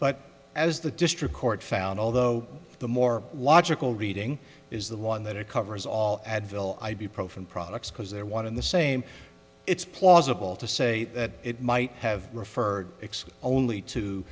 but as the district court found although the more logical reading is the one that it covers all advil ibuprofen products because they're one in the same it's plausible to say that it might have referred only to